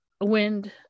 wind